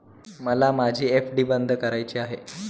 मला माझी एफ.डी बंद करायची आहे